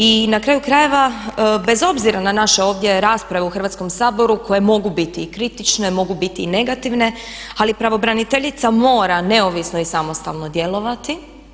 I na kraju krajeva, bez obzira na naše ovdje rasprave u Hrvatskom saboru koje mogu biti i kritične, mogu biti i negativne, ali pravobraniteljica mora neovisno i samostalno djelovati.